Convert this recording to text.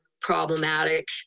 problematic